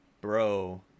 Bro